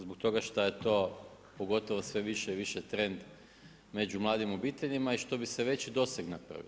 Zbog toga šta je to pogotovo sve više i više trend među mladim obiteljima i što bi se veći doseg napravio.